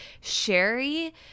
Sherry